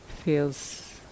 feels